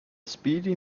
speedy